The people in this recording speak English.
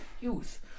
youth